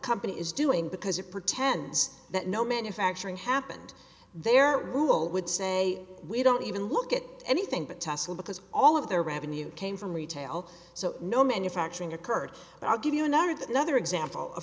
company is doing because it pretends that no manufacturing happened their rule would say we don't even look at anything but tussle because all of their revenue came from retail so no manufacturing occurred but i'll give you another that another example a